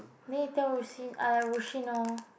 then you tell Ru-Sin uh Ru-Shin lor